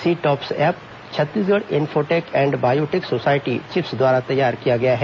C tops app Chhattisgarh infotech and biotech society chips द्वारा तैयार किया गया है